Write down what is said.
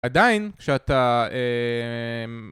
עדיין, כשאתה...